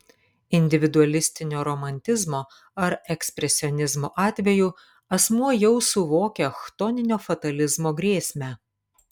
individualistinio romantizmo ar ekspresionizmo atveju asmuo jau suvokia chtoninio fatalizmo grėsmę